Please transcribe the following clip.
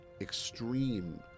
extreme